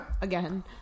Again